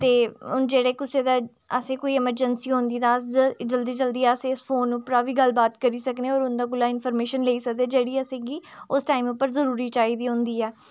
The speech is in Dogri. ते जेह्ड़े कुसा दा असें ई कोई इमरजेंसी होंदी तां जल्दी जल्दी अस फोन उप्परा बी गल्ल बात करी सकने होर उं'दे कोला इंफर्मेशन लेई सकदे जेह्ड़ी असें गी उस टाइम उप्पर जरूरी चाहि्दी होंदी ऐ